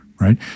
right